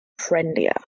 friendlier